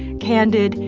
candid,